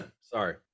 sorry